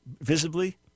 visibly